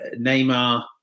Neymar